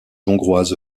hongroise